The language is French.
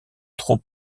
trop